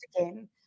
again